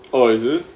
oh is it